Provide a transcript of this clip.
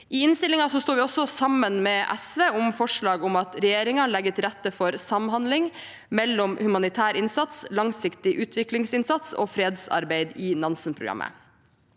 I innstillingen står vi også sammen med SV om forslag om at regjeringen legger til rette for samhandling mellom humanitær innsats, langsiktig utviklingsinnsats og fredsarbeid i Nansen-programmet.